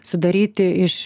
sudaryti iš